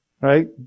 right